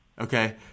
Okay